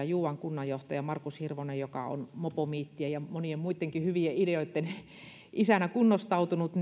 juuan kunnanjohtaja markus hirvonen joka on mopomiittien ja monien muittenkin hyvien ideoitten isänä kunnostautunut